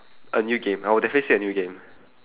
a new game I would definitely say a new game